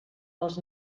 dels